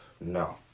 No